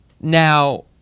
Now